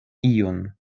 iun